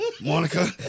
Monica